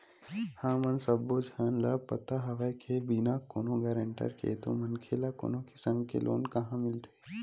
हमन सब्बो झन ल पता हवय के बिना कोनो गारंटर के तो मनखे ल कोनो किसम के लोन काँहा मिलथे